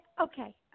okay